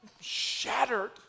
shattered